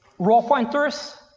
raw pointers,